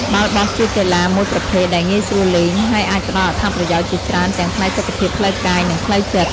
បាល់បោះជាកីឡាមួយប្រភេទដែលងាយស្រួលលេង ហើយអាចផ្តល់អត្ថប្រយោជន៍ជាច្រើនទាំងផ្នែកសុខភាពផ្លូវកាយ និងផ្លូវចិត្ត។